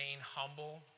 humble